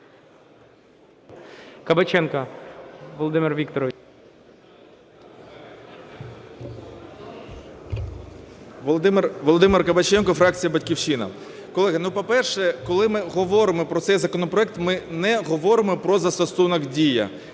Колеги, по-перше, коли ми говоримо про цей законопроект, ми не говоримо про застосунок "Дія",